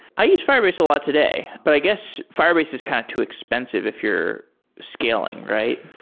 i use firebase a lot today, but i guess firebase is kind of too expensive if you're scaling, right?